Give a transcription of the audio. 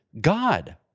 God